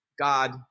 God